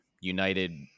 United